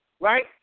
right